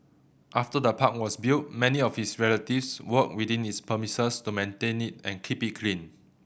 after the park was built many of his relatives worked within its premises to maintain it and keep it clean